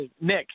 Nick